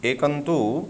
एकं तु